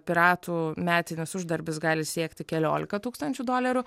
piratų metinis uždarbis gali siekti keliolika tūkstančių dolerių